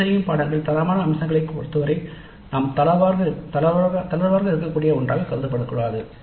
தேர்தல்கள் தரமான அம்சங்களைப் பொறுத்தவரை நாம் தளர்வாக இருக்கக்கூடிய ஒன்றாக கருதப்படக்கூடாது